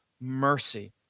mercy